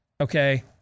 okay